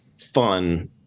fun